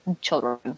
children